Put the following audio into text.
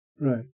Right